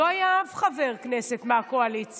לא היה אף חבר כנסת מהקואליציה.